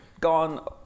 gone